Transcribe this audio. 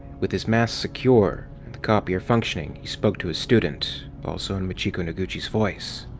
with his mask secure, and the copier functioning, he spoke to his student also in machiko noguchi's voice.